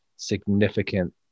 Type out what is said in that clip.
significant